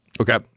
Okay